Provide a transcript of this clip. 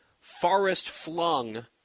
forest-flung